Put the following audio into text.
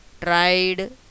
tried